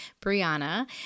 Brianna